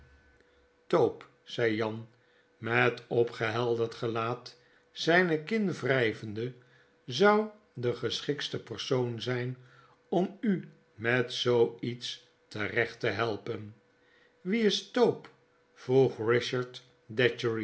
tope zei jan met opgehelderd gelaat zijne kin wrijvende zou de geschiktste persoon zijn om u teet zoo iets terecht te helpen wie is tope vroeg